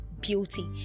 beauty